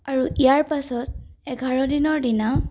আৰু ইয়াৰ পাছত এঘাৰ দিনৰ দিনা